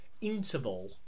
interval